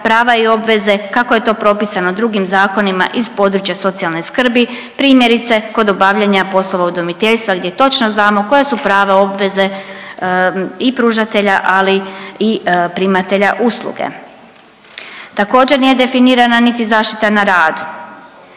prava i obveze, kako je to propisano drugim zakonima iz područja socijalne skrbi, primjerice kod obavljanja poslova udomiteljstva gdje točno znamo koja su prava i obveze i pružatelja, ali i primatelja usluge. Također nije definirana niti zaštita na radu.